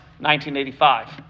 1985